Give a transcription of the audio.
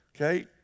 Okay